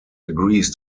agrees